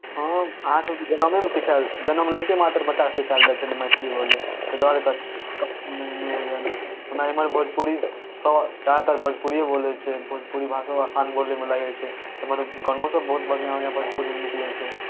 हँ अहाँ सभकेँ जन्मेमे सिखायल जन्म लैतेमे अहाँ सभके बच्चाकेँ सिखायल जाइ छै ने मैथलिओ बोले ताहि दुआरे तऽ तऽ नहि नहि हमरा इमहर भोजपुरी सभ ज्यादातर तऽ भोजपुरिए बोलै छै भोजपुरी भाषो आसान बोलैमे लागै छै इमहर गानोसभ बहुत बढ़िआँ यए भोजपुरीमे निकलै छै